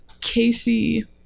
Casey